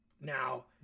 Now